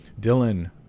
Dylan